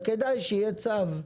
וכדאי שיהיה צו.